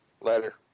Later